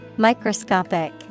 Microscopic